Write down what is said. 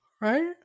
Right